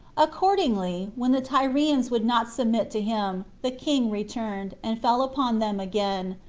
accordingly, when the tyrians would not submit to him, the king returned, and fell upon them again,